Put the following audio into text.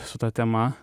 su ta tema